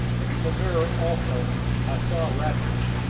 and in the mirror also i saw rattray,